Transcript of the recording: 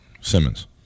Simmons